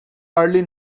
early